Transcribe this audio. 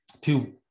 two